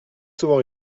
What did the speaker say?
souvent